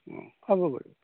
অঁ হ'ব বাৰু